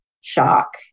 shock